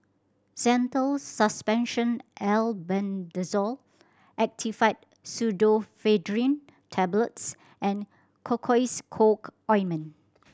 Zental Suspension Albendazole Actifed Pseudoephedrine Tablets and Cocois Co Ointment